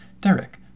Derek